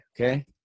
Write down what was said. okay